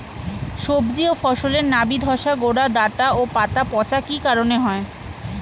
সবজি ও ফসলে নাবি ধসা গোরা ডাঁটা ও পাতা পচা কি কারণে হয়?